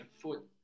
foot